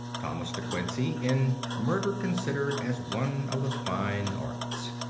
thomas de quincey in murder considered as one of the fine arts